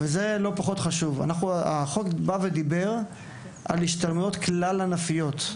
החוק בא ודיבר על השתלמויות כלל-ענפיות.